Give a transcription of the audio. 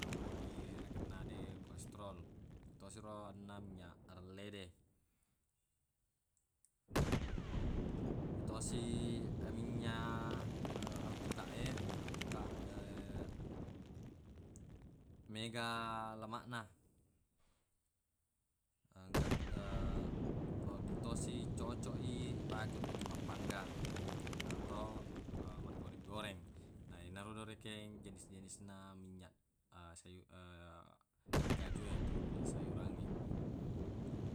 bagi ye nakenna de kolesterol yetosi ro enna minynyaq arelle de yetosi minynyaq alpukaq e minynyaq alpukaq mega lemaq na wedding tosi cocoq i ipake untuq mappanggang atau maggore-goreng na yenaro rekeng jenis-jenisna minynyaq sayu- ikkajue atau minynyaq sayurangnge